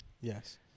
yes